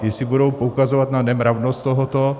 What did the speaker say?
Jestli budou poukazovat na nemravnost tohoto.